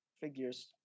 figures